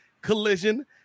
Collision